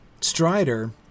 Strider